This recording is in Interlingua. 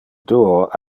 duo